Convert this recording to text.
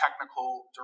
technical